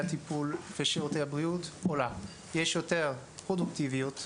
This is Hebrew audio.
הטיפול ושירותי הבריאות עולה - יש יותר פרודוקטיביות,